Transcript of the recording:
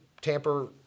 tamper